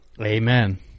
Amen